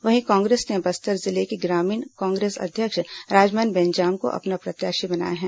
वहीं कांग्रेस ने बस्तर जिले के ग्रामीण कांग्रेस अध्यक्ष राजमन बेंजाम को अपना प्रत्याशी बनाया है